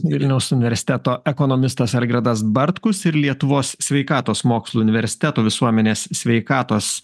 vilniaus universiteto ekonomistas algirdas bartkus ir lietuvos sveikatos mokslų universiteto visuomenės sveikatos